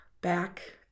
back